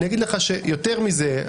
ואגיד לך יותר מזה,